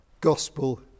gospel